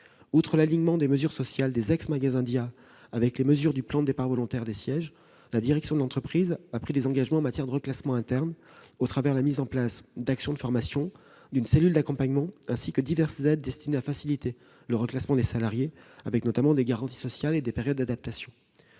Outre l'alignement des mesures sociales des ex-magasins Dia avec les mesures du plan de départs volontaires des sièges, la direction de l'entreprise a pris des engagements en matière de reclassement interne, au travers de la mise en place d'actions de formation, d'une cellule d'accompagnement, ainsi que de diverses aides destinées à faciliter le reclassement des salariés, avec notamment des garanties sociales et des périodes d'adaptation.